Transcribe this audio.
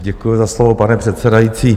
Děkuji za slovo, pane předsedající.